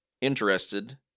interested